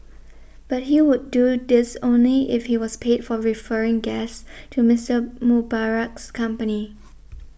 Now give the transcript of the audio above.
but he would do this only if he was paid for referring guests to Mister Mubarak's company